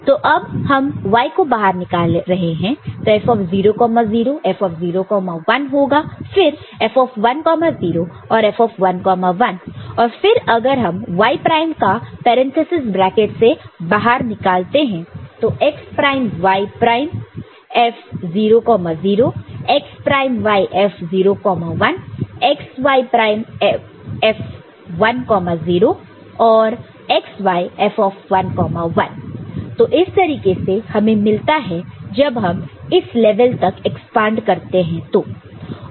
तो अब हम y को बाहर निकाल रहे हैं F 00 F 01 होगा फिर F10 और F1 1 और फिर अगर हम y प्राइम को पेरेंतेसीस ब्रैकेट से बाहर निकालते हैं तो x prime y prime F 00 x prime y F 0 1 x y prime F10 और x y F11 तो इस तरीके से हमें मिलता है जब हम इस लेवल तक एक्सपांड करते हैं तो